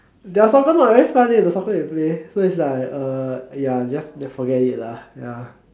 their soccer not very fun eh the soccer they play so it's like uh ya just just forget it lah ya